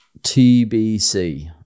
TBC